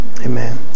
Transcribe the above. Amen